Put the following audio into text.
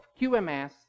QMS